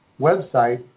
website